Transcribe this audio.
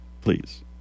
please